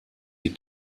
die